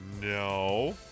No